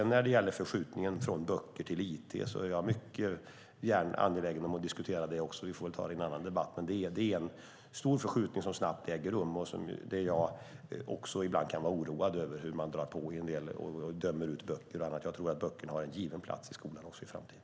När det gäller förskjutningen från böcker till it är även jag mycket angelägen om att diskutera detta. Vi får väl ta det i en annan debatt, men det är en stor förskjutning som äger rum snabbt där även jag ibland kan vara oroad över hur man drar på och dömer ut böcker och annat. Jag tror att böckerna har en given plats i skolan också i framtiden.